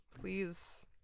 please